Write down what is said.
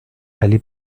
ولی